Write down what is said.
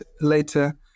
later